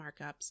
markups